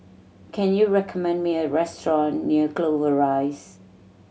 can you recommend me a restaurant near Clover Rise